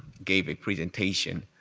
gave a presentation.